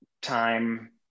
time